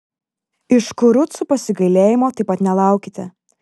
iš kurucų pasigailėjimo taip pat nelaukite